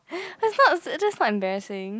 that's not that's not embarrassing